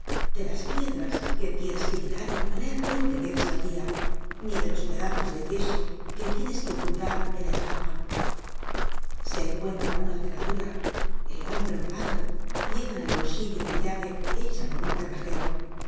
de las piedras que tienes que quitar y poner veinte veces al dia ni de los pedazos de yeso que tienes que ocultar en el jergon se encuentra una cerradura el hombre honrado lleva en el bolsillo una llave hecha por un cerrajero tú